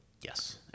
Yes